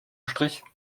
strich